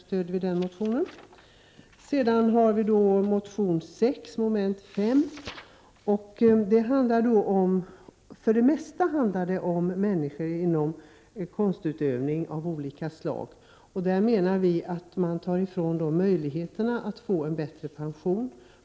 Sedan har vi reservation 6 , som mestadels handlar om människor som utövar konst av olika slag. Vi menar att man tar ifrån dessa människor möjligheterna att få en bättre pension.